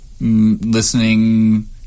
listening